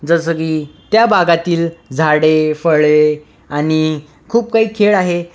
जसं की त्या बागातील झाडे फळे आणि खूप काही खेळ आहे